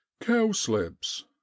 cowslips